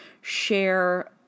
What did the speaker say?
share